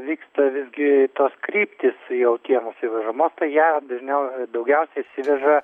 vyksta visgi tos kryptys jautienos įvežamos tai ją dažniau daugiau įsiveža